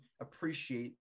appreciate